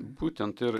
būtent ir